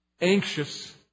anxious